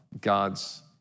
God's